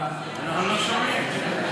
אנחנו לא שומעים.